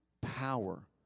power